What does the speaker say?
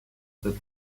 that